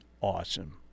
awesome